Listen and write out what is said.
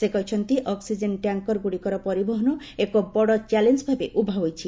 ସେ କହିଛନ୍ତି ଅକ୍ସିଜେନ୍ ଟ୍ୟାଙ୍କ୍ର ଗୁଡ଼ିକର ପରିବହନ ଏକ ବଡ଼ ଚ୍ୟାଲେଞ୍ଜ ଭାବେ ଉଭା ହୋଇଛି